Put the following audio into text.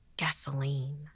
gasoline